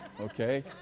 Okay